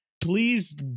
Please